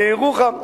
לירוחם,